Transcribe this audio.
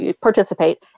participate